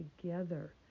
together